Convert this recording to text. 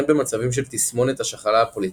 וכן במצבים של תסמונת השחלות הפוליציסטיות.